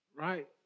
Right